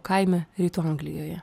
kaime rytų anglijoje